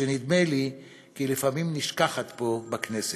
שנדמה לי כי לפעמים היא נשכחת פה, בכנסת.